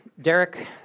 Derek